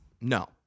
No